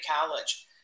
college